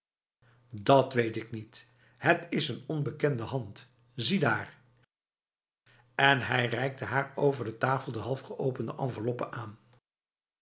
dat weet ik niet het is een onbekende hand ziedaar en hij reikte haar over tafel de halfgeopende enveloppe aan